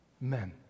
men